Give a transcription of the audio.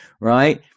right